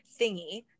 thingy